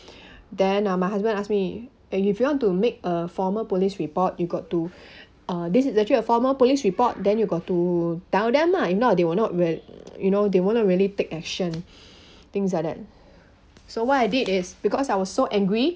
then uh my husband ask me eh if you want to make a formal police report you got to uh this is actually a formal police report then you got to tell them lah if not they will not re~ you know they will not really take action things like that so what I did is because I was so angry